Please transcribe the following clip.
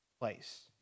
place